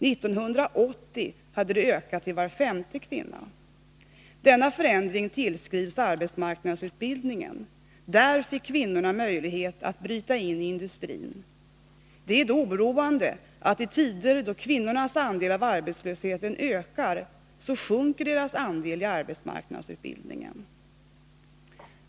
1980 hade det ökat till att var femte var kvinna. Denna förändring tillskrivs arbetsmarknadsutbildningen. Där fick kvinnorna möjlighet att bryta in i industrin. Det är då oroande att i tider då kvinnornas andel av arbetslösheten ökar så sjunker deras andel i arbetsmarknadsutbildningen.